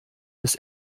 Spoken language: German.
des